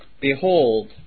Behold